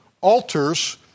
altars